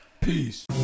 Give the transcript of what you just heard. Peace